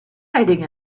hiding